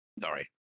Sorry